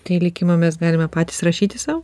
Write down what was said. tai likimą mes galime patys rašyti sau